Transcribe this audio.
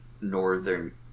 northern